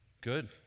Good